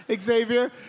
Xavier